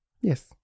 Yes